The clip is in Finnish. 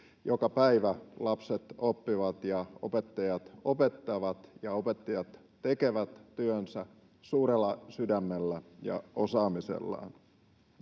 Joka päivä lapset oppivat ja opettajat opettavat, ja opettajat tekevät työnsä suurella sydämellä ja osaamisellaan.